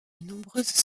nombreuses